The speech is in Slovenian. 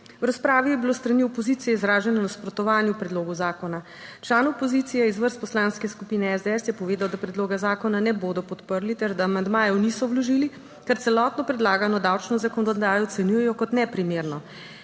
V razpravi je bilo s strani opozicije izraženo nasprotovanje predlogu zakona. Član opozicije iz vrst Poslanske skupine SDS je povedal, da predloga zakona ne bodo podprli ter da amandmajev niso vložili, ker celotno predlagano davčno zakonodajo ocenjujejo kot neprimerno.